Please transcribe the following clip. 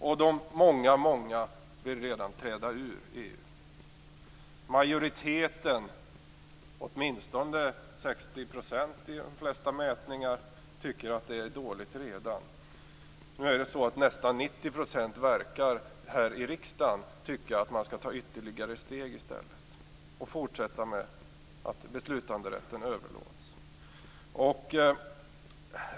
Och de många vill redan träda ur EU. Majoriteten, åtminstone 60 % i de flesta mätningar, tycker att det är dåligt redan. Nu är det så att nästan 90 % här i riksdagen verkar tycka att man skall ta ytterligare steg i stället och fortsätta att överlåta beslutanderätten.